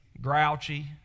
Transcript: grouchy